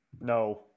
No